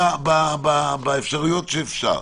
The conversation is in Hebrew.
באפשרויות שניתן.